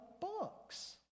books